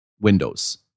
Windows